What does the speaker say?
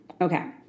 Okay